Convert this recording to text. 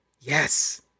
Yes